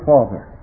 Father